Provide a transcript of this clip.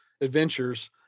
adventures